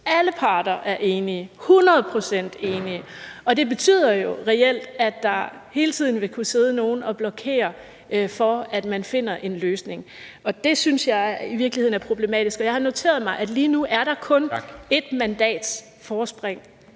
alle parter er enige – et hundrede procent enige. Og det betyder jo reelt, at der hele tiden vil kunne sidde nogle og blokere for, at man finder en løsning. Det synes jeg i virkeligheden er problematisk. Og jeg har noteret mig, at der lige nu kun er et forspring